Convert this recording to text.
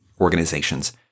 organizations